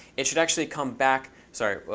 it should actually come back sorry,